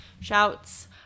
Shouts